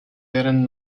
deren